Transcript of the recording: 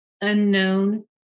unknown